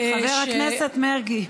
חבר הכנסת מרגי.